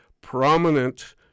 Prominent